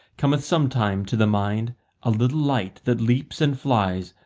cometh sometime to the mind a little light that leaps and flies,